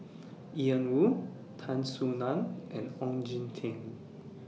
Ian Woo Tan Soo NAN and Ong Jin Teong